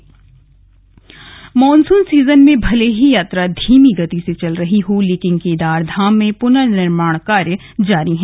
केदारनाथ धाम monsoon season में मले ही यात्रा धीमी गति से चल रही हो लेकिन केदारधाम में पुनर्निर्माण कार्य जारी हैं